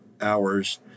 hours